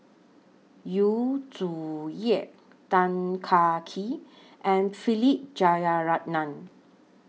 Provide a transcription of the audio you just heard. Yu Zhu Ye Tan Kah Kee and Philip Jeyaretnam